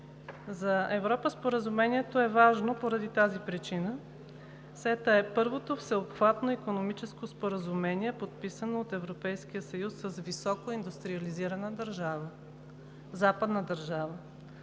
За Европа Споразумението е важно поради тази причина – СЕТА е първото Всеобхватно икономическо споразумение, подписано от Европейския съюз с високо индустриализирана държава – западна държава.